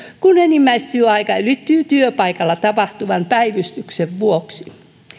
kun enimmäistyöaika ylittyy työpaikalla tapahtuvan päivystyksen vuoksi